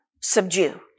subdue